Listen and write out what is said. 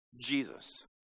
Jesus